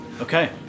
Okay